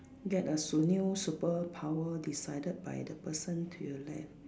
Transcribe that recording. get a su~ new superpower decided by the person to your left